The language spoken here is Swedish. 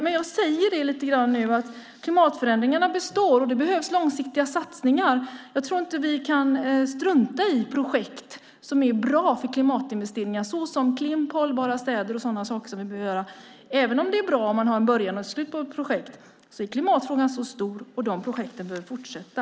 Men jag säger nu att klimatförändringarna består. Det behövs långsiktiga satsningar. Jag tror inte att vi kan strunta i projekt som är bra för klimatinvesteringar såsom Klimp, Hållbara städer och sådana saker som vi behöver göra. Även om det är bra om man har en början och ett slut på projekt är klimatfrågan så stor och de projekten behöver fortsätta.